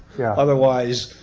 yeah. otherwise,